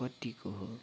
कतिको हो